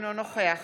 אינו נוכח